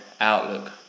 Outlook